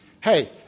Hey